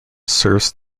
serves